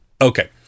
Okay